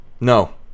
No